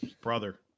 brother